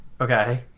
Okay